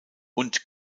und